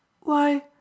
Why